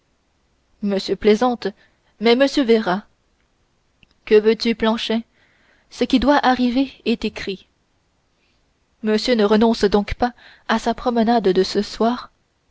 monsieur plaisante mais monsieur verra que veux-tu planchet ce qui doit arriver est écrit monsieur ne renonce donc pas à sa promenade de ce soir